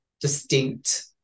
distinct